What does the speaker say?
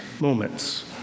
moments